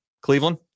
Cleveland